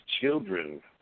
children